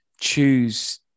choose